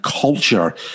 culture